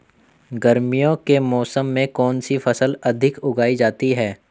गर्मियों के मौसम में कौन सी फसल अधिक उगाई जाती है?